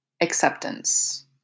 acceptance